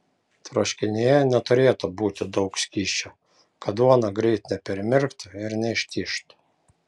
troškinyje neturėtų būti daug skysčio kad duona greit nepermirktų ir neištižtų